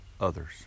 others